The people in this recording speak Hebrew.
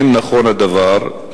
1. האם נכון הדבר?